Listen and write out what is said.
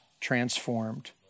transformed